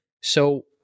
So-